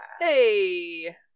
Hey